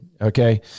Okay